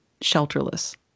shelterless